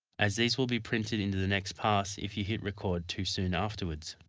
as these will be printed into the next pass if you hit record too soon afterwards.